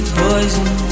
poison